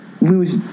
lose